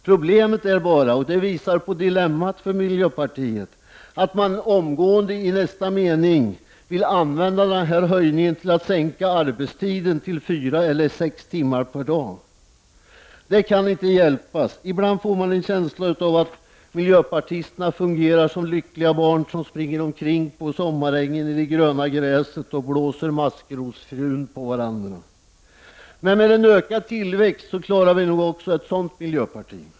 Problemet är bara — och det visar miljöpartiets dilemma — att man omgående i nästa mening vill använda den här höjningen till att sänka arbetstiden till fyra eller sex timmar per dag. Det kan inte hjälpas, men ibland får man en känsla av att miljöpartisterna fungerar som lyckliga barn som springer omkring på sommarängen i det gröna gräset och blåser maskrosfjun på varandra. Men med en ökad tillväxt klarar vi nog också ett sådant miljöparti.